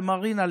למרינה,